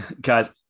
guys